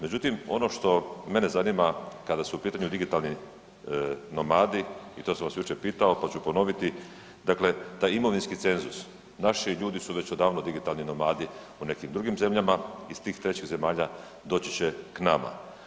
Međutim, ono što mene zanima kada su u pitanju digitalni nomadi i to sam vas jučer pitao, to ću ponoviti, dakle taj imovinski cenzus, naši ljudi su već odavno digitalni nomadi u nekim drugim zemljama iz tih trećih zemalja doći će k nama.